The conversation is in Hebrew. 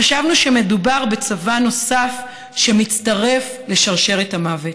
חשבנו שמדובר בצבא נוסף שמצטרף לשרשרת המוות.